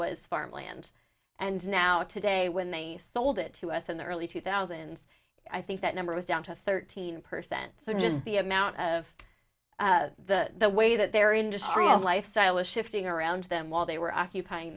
was farmland and now today when they sold it to us in the early two thousand i think that number was down to thirteen per cent so just the amount of the the way that their industry and lifestyle is shifting around them while they were occupying